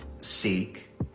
seek